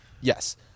Yes